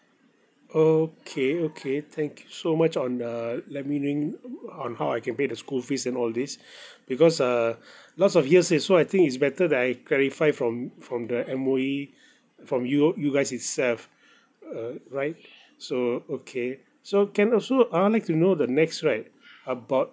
okay okay thank you so much on uh let me knowing on how I can pay the school fees and all this because uh lots of hearsays so I think it's better that I clarify from from the M_O_E from you you guys itself uh right so okay so can I also I'd like to know the next right about